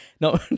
No